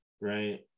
right